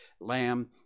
lamb